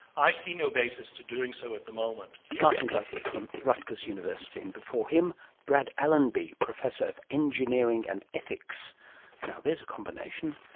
i see no basis to doing so at the moment. martin buzley at rutgers university, and before him brad allenby, professor of engineering and ethics now, there's a combination!